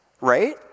right